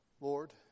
lord